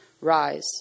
Rise